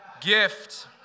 gift